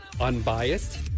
unbiased